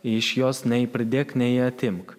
iš jos nei pridėk nei atimk